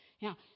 Now